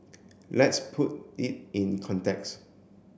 let's put it in context